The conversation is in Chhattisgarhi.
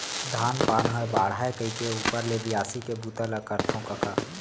धान पान हर बाढ़य कइके ऊपर ले बियासी के बूता ल करथव कका